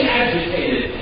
agitated